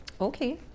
okay